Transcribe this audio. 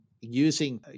using